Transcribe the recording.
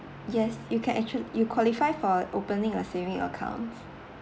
yes you can actual~ you qualify for opening a saving account